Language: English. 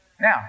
Now